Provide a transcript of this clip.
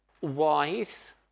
wise